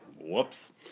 Whoops